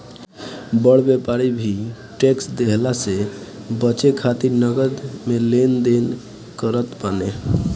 बड़ व्यापारी भी टेक्स देवला से बचे खातिर नगद में लेन देन करत बाने